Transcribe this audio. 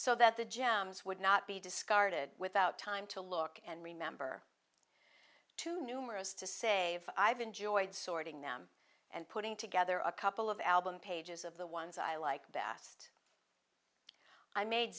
so that the gems would not be discarded without time to look and remember too numerous to save i have enjoyed sorting them and putting together a couple of albums pages of the ones i like best i made